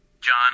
John